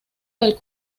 del